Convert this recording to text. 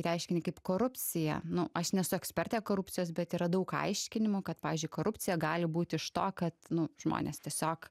reiškinį kaip korupcija nu aš nesu ekspertė korupcijos bet yra daug aiškinimų kad pavyzdžiui korupcija gali būt iš to kad žmonės tiesiog